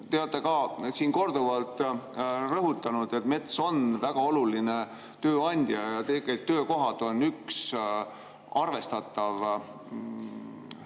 olete ka siin korduvalt rõhutanud, et mets on väga oluline tööandja, ja töökohad on üks arvestatav